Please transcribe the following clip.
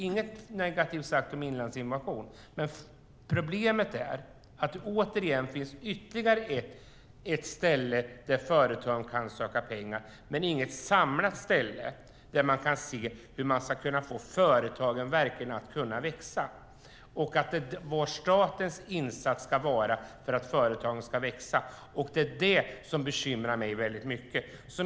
Inget negativt om Inlandsinnovation, men problemet är att det återigen finns ytterligare ett ställe där företagen kan söka pengar, men inget samlat ställe där man kan se hur företagen verkligen ska kunna växa och vilken statens insats ska vara för att företagen ska växa. Detta bekymrar mig väldigt mycket.